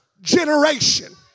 generation